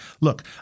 Look